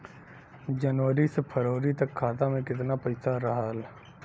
जनवरी से फरवरी तक खाता में कितना पईसा रहल?